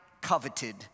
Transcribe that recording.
coveted